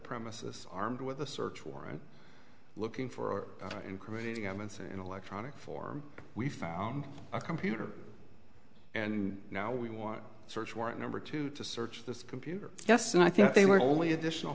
premises armed with a search warrant looking for incriminating evidence or electronic form we found a computer and now we want search warrant number two to search the computer yes and i think they were the only additional